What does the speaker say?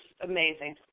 amazing